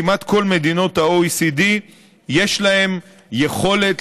כמעט כל מדינות ה-OECD יש להן יכולת,